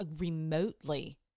remotely